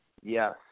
Yes